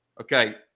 Okay